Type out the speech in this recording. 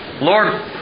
Lord